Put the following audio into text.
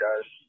guys